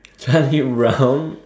it round